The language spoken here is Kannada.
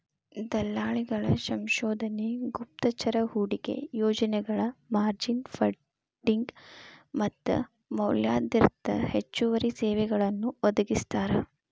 ದಲ್ಲಾಳಿಗಳ ಸಂಶೋಧನೆ ಗುಪ್ತಚರ ಹೂಡಿಕೆ ಯೋಜನೆಗಳ ಮಾರ್ಜಿನ್ ಫಂಡಿಂಗ್ ಮತ್ತ ಮೌಲ್ಯವರ್ಧಿತ ಹೆಚ್ಚುವರಿ ಸೇವೆಗಳನ್ನೂ ಒದಗಿಸ್ತಾರ